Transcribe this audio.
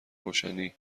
روشنی